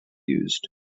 used